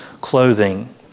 clothing